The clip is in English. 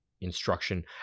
instruction